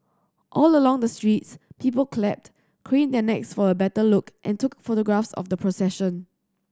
all along the streets people clapped craned their necks for a better look and took photographs of the procession